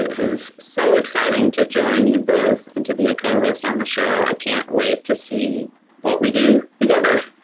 it is so exciting to join you both and to be a co-host on the show. i can't wait to see what we do together.